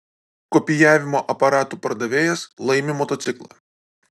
kopijavimo aparatų pardavėjas laimi motociklą